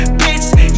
bitch